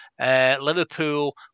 Liverpool